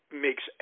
makes